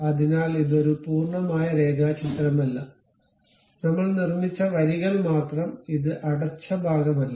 അതിനാൽ ഇത് ഒരു പൂർണ്ണമായ രേഖാചിത്രമല്ല നമ്മൾ നിർമ്മിച്ച വരികൾ മാത്രം ഇത് അടച്ച ഭാഗമല്ല